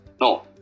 no